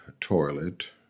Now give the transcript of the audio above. toilet